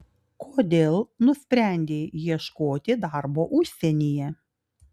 kodėl nusprendei ieškoti darbo užsienyje